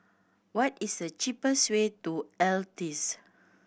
what is the cheapest way to Altez